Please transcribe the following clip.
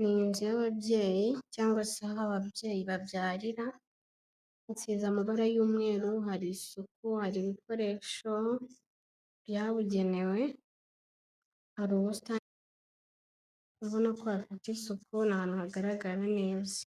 ni inzu y'ababyeyi cyangwa se aho ababyeyi babyarira, isize amabara y'umweru, hari isuku, hari ibikoresho byabugenewe, hari ubusitani, urabona ko hafite isuku ni ahantu hagaragara neza.